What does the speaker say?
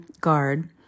guard